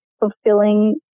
fulfilling